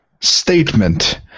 Statement